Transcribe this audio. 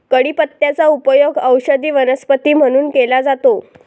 कढीपत्त्याचा उपयोग औषधी वनस्पती म्हणून केला जातो